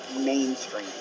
mainstream